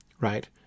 right